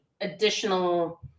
additional